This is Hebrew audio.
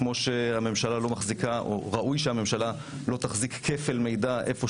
כמו שראוי שהממשלה לא תחזיק כפל מידע היכן